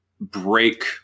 break